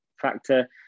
factor